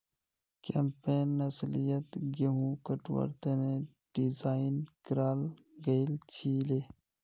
campaign अस्लियतत गहुम कटवार तने डिज़ाइन कराल गएल छीले